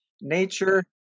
nature